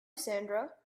sandra